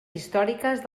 històriques